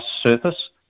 surface